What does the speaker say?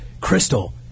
Crystal